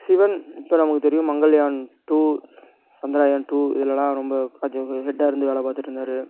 சிவன் இப்போ நமக்குத் தெரியும் மங்கள்யான் டூ சந்திராயான் டூ இதிலலாம் கொஞ்சம் ஹெட்டாக இருந்து வேலை பார்த்துட்டுருந்தாரு